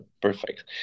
perfect